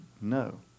no